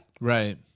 Right